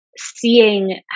seeing